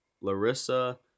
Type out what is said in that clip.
Larissa